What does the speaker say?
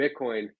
Bitcoin